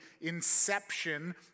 inception